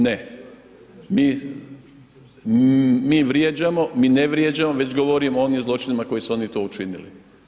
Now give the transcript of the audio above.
Ne, mi vrijeđamo, mi ne vrijeđamo već govorimo o onim zločinima koje su oni to učinili.